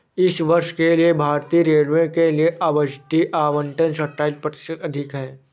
इस वर्ष के लिए भारतीय रेलवे के लिए बजटीय आवंटन सत्ताईस प्रतिशत अधिक है